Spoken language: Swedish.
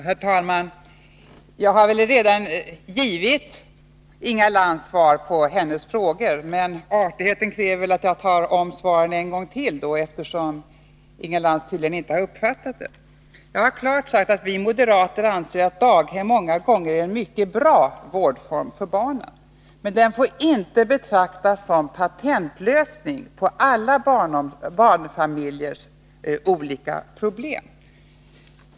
Herr talman! Jag har redan givit Inga Lantz svar på hennes frågor. Men artigheten kräver väl att jag ger svaren en gång till, eftersom Inga Lantz tydligen inte har uppfattat dem. Jag har klart uttalat att vi moderater anser att daghem många gånger är en mycket bra vårdform för barnen. Men den får inte uppfattas som patentlösning på alla barnfamiljers olika problem.